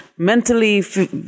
Mentally